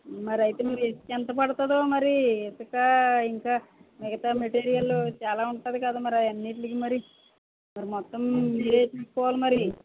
మరి అయితే మీ ఇసుక ఎంత పడుతుందో మరి ఇసుక ఇంకా మిగతా మెటీరియల్ చాలా ఉంటుంది కదా మరి అన్నింటికీ మరి మొత్తం మీరే చూసుకోవాలి మరి